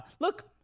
look